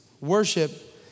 Worship